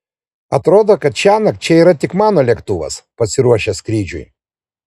atrodo kad šiąnakt čia yra tik mano lėktuvas pasiruošęs skrydžiui